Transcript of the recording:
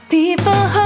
People